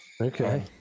Okay